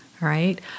right